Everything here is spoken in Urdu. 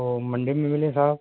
تو منڈے میں ملے صاب